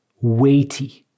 weighty